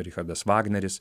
richardas vagneris